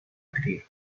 cría